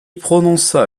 prononça